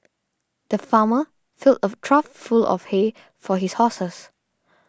the farmer filled a trough full of hay for his horses